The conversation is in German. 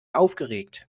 aufgeregt